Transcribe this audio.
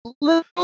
little